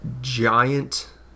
giant